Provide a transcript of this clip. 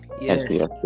Yes